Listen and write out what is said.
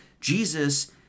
Jesus